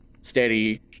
steady